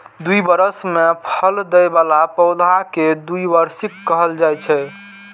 दू बरस मे फल दै बला पौधा कें द्विवार्षिक कहल जाइ छै